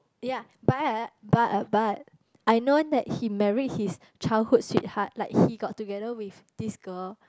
ya but but but I known that he married his childhood sweet heart like he got together with this girl